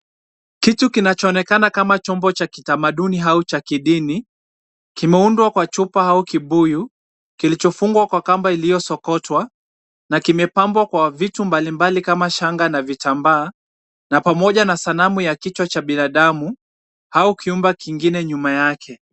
Kitu kinachoonekana kama chombo cha kitamaduni au cha kidini, kimeundwa kwa chupa au kibuyu, kilichofungwa kwa kamba iliyosokotwa na kimepambwa kwa vitu mbali mbali kama shanga na vitambaa na pamoja na sanamu ya kichwa cha binadamu au kumba kingine nyuma yake.